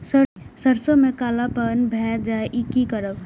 सरसों में कालापन भाय जाय इ कि करब?